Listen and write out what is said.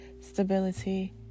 stability